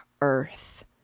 earth